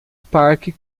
parque